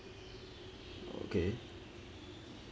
okay